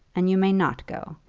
and you may not go.